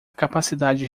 capacidade